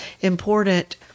important